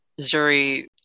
Zuri